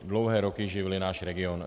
Dlouhé roky živili náš region.